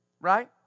Right